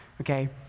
okay